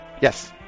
Yes